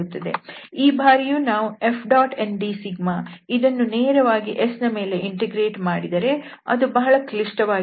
ಈ ಬಾರಿಯೂ ನಾವು Fndσ ಇದನ್ನು ನೇರವಾಗಿ S ನ ಮೇಲೆ ಇಂಟಿಗ್ರೇಟ್ ಮಾಡಿದರೆ ಅದು ಬಹಳ ಕ್ಲಿಷ್ಟವಾಗಿರುತ್ತದೆ